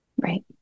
Right